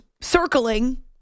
circling